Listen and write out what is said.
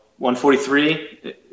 143